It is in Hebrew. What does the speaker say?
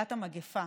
מתחילת המגפה.